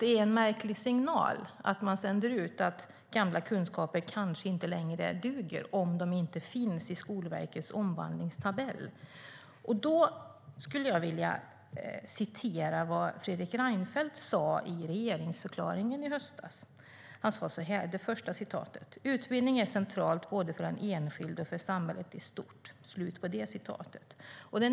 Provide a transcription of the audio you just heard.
Det är en märklig signal man sänder ut att gamla kunskaper kanske inte längre duger om de inte finns i Skolverkets omvandlingstabell. Jag skulle vilja citera vad Fredrik Reinfeldt sade i regeringsförklaringen i höstas. Han sade så här: "Utbildning är centralt både för den enskilde och för samhället i stort."